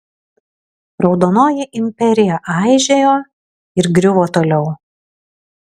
raudonoji imperija aižėjo ir griuvo toliau